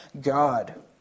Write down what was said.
God